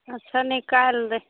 अच्छा निकालि दै